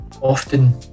often